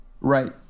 Right